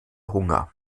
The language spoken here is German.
hunger